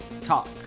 Talk